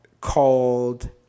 called